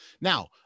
now